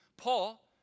Paul